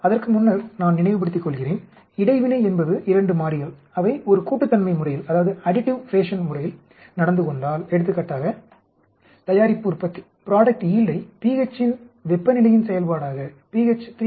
அதற்கு முன்னர் நான் நினைவுபடுத்திக் கொள்கிறேன் இடைவினை என்பது 2 மாறிகள் அவை ஒரு கூட்டுத்தன்மை முறையில் நடந்து கொண்டால் எடுத்துக்காட்டாக தயாரிப்பு உற்பத்தியை pH இன் வெப்பநிலையின் செயல்பாடாக pH 3